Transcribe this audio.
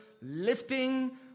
Lifting